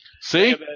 See